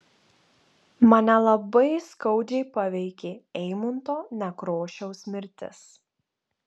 mane labai skaudžiai paveikė eimunto nekrošiaus mirtis